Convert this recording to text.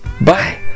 Bye